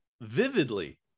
vividly